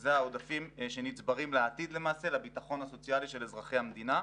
וזה העודפים שנצברים לעתיד למעשה לביטוח הסוציאלי של אזרחי המדינה.